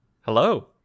Hello